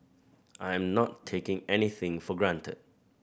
I am not taking anything for granted